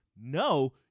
No